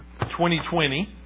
2020